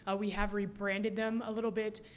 ah we have re-branded them a little bit.